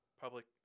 public